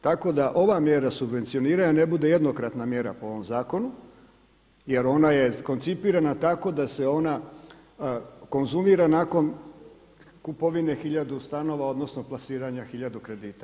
Tako da ova mjera subvencioniranja ne bude jednokratna mjera po ovom zakonu jer ona je koncipirana tako da se ona konzumira nakon kupovine hiljadu stanova odnosno plasiranja hiljadu kredita.